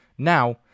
now